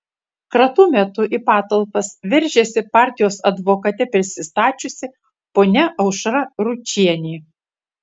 kratų metu į patalpas veržėsi partijos advokate prisistačiusi ponia aušra ručienė